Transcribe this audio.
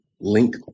link